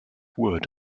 wood